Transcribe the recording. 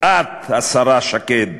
את, השרה שקד,